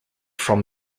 from